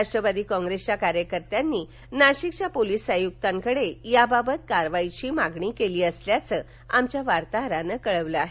राष्ट्रवादी काँप्रेसच्या कार्यकर्त्यांनी नाशिकच्या पोलीस आयुक्ताकडे याबाबत कारवाईची मागणी केली असल्याचं आमच्या वार्ताहरानं कळवलं आहे